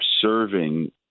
serving